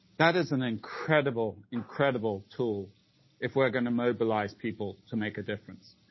that is an incredible, incredible tool if we're going to mobilize people to make a difference.